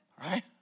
Right